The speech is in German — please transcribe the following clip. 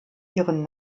ihren